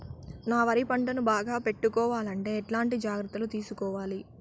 నా వరి పంటను బాగా పెట్టుకోవాలంటే ఎట్లాంటి జాగ్రత్త లు తీసుకోవాలి?